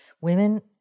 women